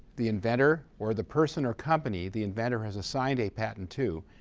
the inventor, or the person or company the inventor has assigned a patent to,